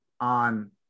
on